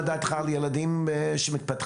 מה דעתך על ילדים שמתפתחים?